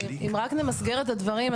אם רק נמסגר את הדברים,